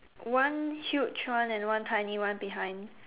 one huge one and one tiny one behind